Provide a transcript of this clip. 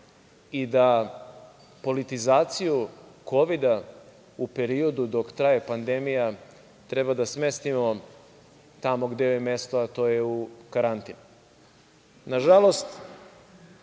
i da politizaciju kovida u periodu dok traje pandemija treba da smestimo tamo gde joj je mesto, a to je u karantin. Nažalost,